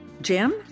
Jim